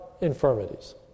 infirmities